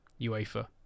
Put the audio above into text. UEFA